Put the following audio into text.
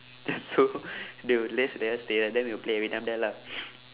this is so they will let us stay uh then we'll play every time there lah